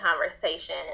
conversation